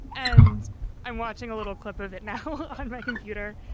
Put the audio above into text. and i'm watching a little clip of it now on my computer.